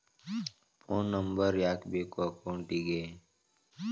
Phone number ಯಾಕೆ ಬೇಕು ಅಕೌಂಟಿಗೆ?